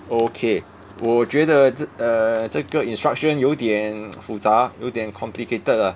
okay 我觉得这 err 这个 instruction 有一点复杂有点 complicated lah